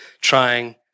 trying